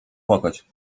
płakać